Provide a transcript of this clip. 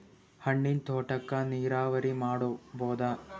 ಹಣ್ಣಿನ್ ತೋಟಕ್ಕ ನೀರಾವರಿ ಮಾಡಬೋದ?